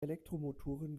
elektromotoren